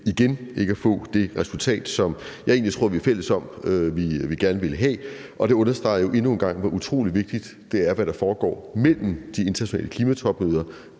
igen – ikke får det resultat, som jeg egentlig tror vi er fælles om at vi gerne ville have. Og det understreger endnu en gang, hvor utrolig vigtigt det er, hvad der foregår mellem de internationale klimatopmøder